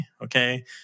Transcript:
okay